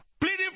pleading